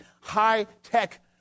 high-tech